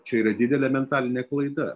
čia yra didelė mentalinė klaida